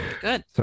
Good